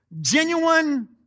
genuine